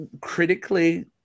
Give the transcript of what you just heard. critically